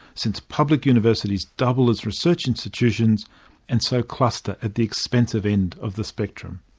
since public universities double as research institutions and so cluster at the expensive end of the spectrum.